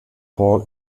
paul